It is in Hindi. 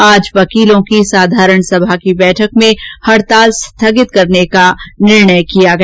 आज वकीलों की साधारण समा की बैठक में हडताल स्थगित करने के बारे में निर्णय लिया गया